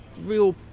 real